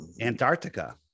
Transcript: antarctica